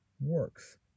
works